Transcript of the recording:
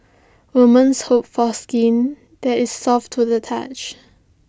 woman's hope for skin that is soft to the touch